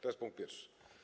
To jest punkt pierwszy.